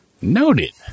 Noted